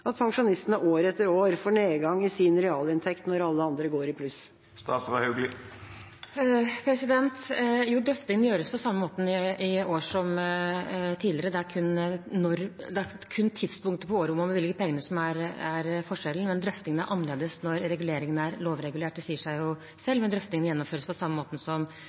at pensjonistene år etter år får nedgang i sin realinntekt når alle andre går i pluss? Jo, drøftingene gjøres på samme måte i år som tidligere, det er kun tidspunktet på året da man bevilger pengene, som er forskjellig. Drøftingene er annerledes når reguleringene er lovregulert, det sier seg selv, men drøftingene gjennomføres på samme måte som